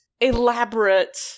elaborate